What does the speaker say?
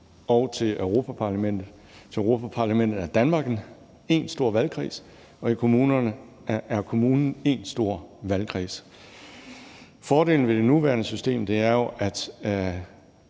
og til Europa-Parlamentet. Til Europa-Parlamentet er Danmark én stor valgkreds, og i kommunerne er kommunen én stor valgkreds. Fordelen ved det nuværende system er jo, at